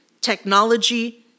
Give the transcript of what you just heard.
technology